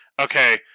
okay